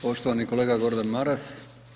Poštovani kolega Gordan Maras.